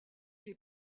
les